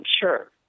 Sure